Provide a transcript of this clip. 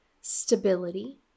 stability